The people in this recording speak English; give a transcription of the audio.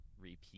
repeat